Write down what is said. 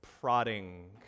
prodding